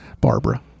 barbara